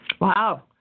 Wow